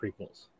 prequels